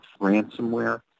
ransomware